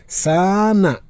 sana